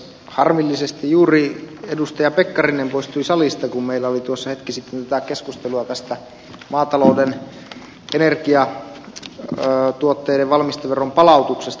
harmillisesti edustaja pekkarinen juuri poistui salista kun meillä oli tuossa hetki sitten keskustelua tästä maatalouden energiatuotteiden valmisteveron palautuksesta